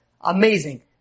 Amazing